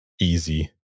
easy